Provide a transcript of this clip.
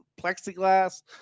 plexiglass